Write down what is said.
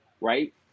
right